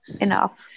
enough